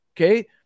Okay